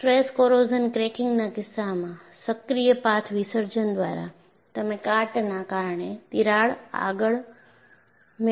stress corrosion ક્રેકીંગના કિસ્સામાં સક્રિય પાથ વિસર્જન દ્વારા તમે કાટના કારણે તિરાડ આગળ મળે છે